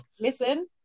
Listen